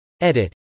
Edit